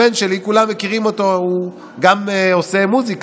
הבן שלי, כולם מכירים אותו, הוא גם עושה מוזיקה.